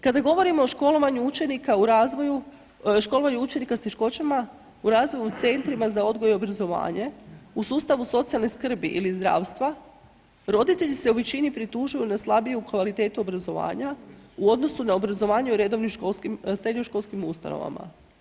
Kada govorimo o školovanju učenika u razvoju, školovanju učenika s teškoćama u razvoju, u centrima za odgoj i obrazovanje, u sustavu socijalne skrbi ili zdravstva, roditelji se u većini pritužuju na slabiju kvalitetu obrazovanja u odnosu na obrazovanje u redovnim srednjoškolskim ustanovama.